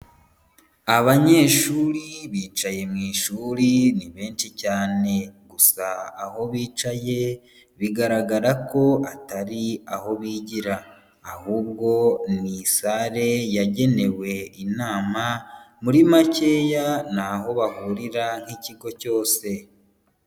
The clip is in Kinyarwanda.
Abanyeshuri bicaye mu ishuri ni benshi cyane, gusa aho bicaye bigaragara ko atari aho bigira ahubwo ni sale yagenewe inama muri makeya ni aho bahurira nk'ikigo cyose.